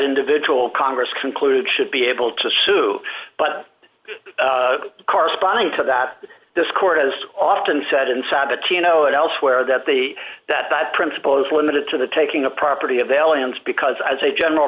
individual congress concluded should be able to sue but corresponding to that this court has often said inside the teano and elsewhere that the that that principle is limited to the taking a property of aliens because as a general